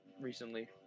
recently